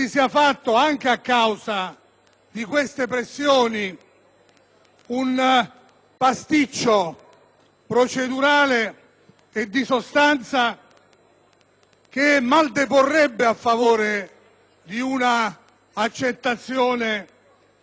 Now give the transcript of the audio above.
in termini procedurali e di sostanza, che mal deporrebbe a favore di una accettazione *sic et simpliciter* della decisione della Giunta.